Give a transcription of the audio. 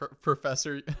Professor